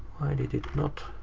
why did it not